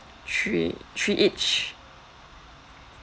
three three each